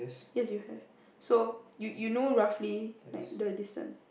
yes you have so you you know roughly like the distance